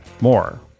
more